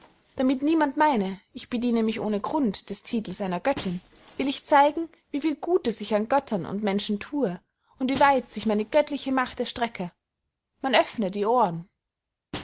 damit niemand meyne ich bediene mich ohne grund des tittels einer göttinn will ich zeigen wie viel gutes ich an göttern und menschen thue und wie weit sich meine göttliche macht erstrecke man öffne die ohren